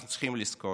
אנחנו צריכים לזכור